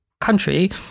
country